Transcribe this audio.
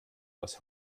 aus